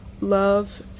love